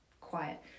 quiet